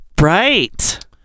Right